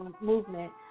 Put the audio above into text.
movement